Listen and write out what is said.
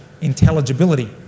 intelligibility